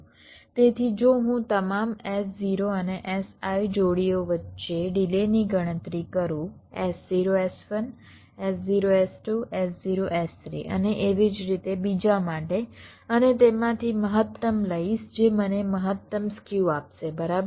તેથી જો હું તમામ S0 અને Si જોડીઓ વચ્ચે ડિલેની ગણતરી કરું S0 S1 S0 S2 S0 S3 અને એવી જ રીતે બીજા માટે અને તેમાંથી મહત્તમ લઈશ જે મને મહત્તમ સ્ક્યુ આપશે બરાબર